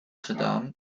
gedaan